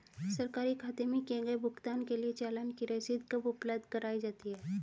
सरकारी खाते में किए गए भुगतान के लिए चालान की रसीद कब उपलब्ध कराईं जाती हैं?